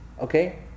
Okay